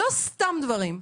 לא סתם דברים.